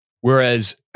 whereas